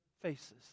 faces